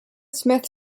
smith